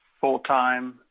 full-time